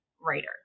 writer